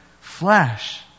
flesh